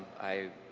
i